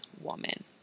woman